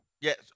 Yes